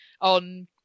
on